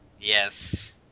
Yes